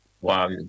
Wow